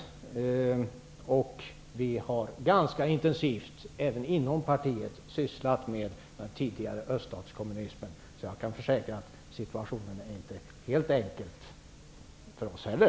Även inom partiet har vi ganska intensivt sysslat med den tidigare öststatskommunismen. Jag kan försäkra att situationen inte är så enkel för oss heller.